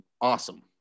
awesome